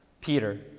Peter